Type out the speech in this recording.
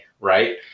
right